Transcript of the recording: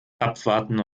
abwarten